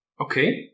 Okay